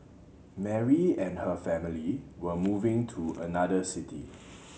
Mary and her family were moving to another city